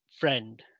Friend